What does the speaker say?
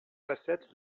facettes